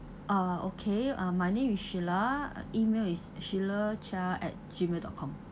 ah okay uh my name is sheila email is sheila chia at G mail dot com